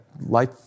life